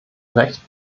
recht